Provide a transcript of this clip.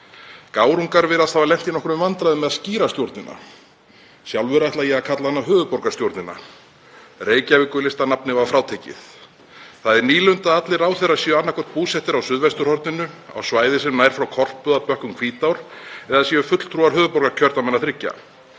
Gárungar virðast hafa lent í nokkrum vandræðum með að skíra stjórnina. Sjálfur ætla ég að kalla hana Höfuðborgarstjórnina. Reykjavíkurlistanafnið var frátekið. Það er nýlunda að allir ráðherrar séu annaðhvort búsettir á suðvesturhorninu, á svæði sem nær frá Korpu að bökkum Hvítár, eða séu fulltrúar höfuðborgarkjördæmanna þriggja.